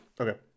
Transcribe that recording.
Okay